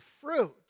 fruit